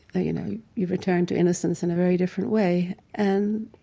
you know, you return to innocence in a very different way. and